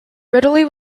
ridley